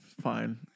fine